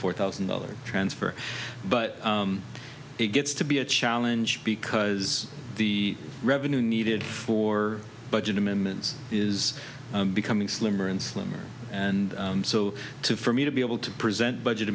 four thousand dollars transfer but it gets to be a challenge because the revenue needed for budget amendments is becoming slimmer and slimmer and so for me to be able to present budget